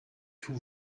tous